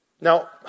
Now